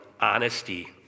honesty